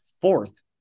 fourth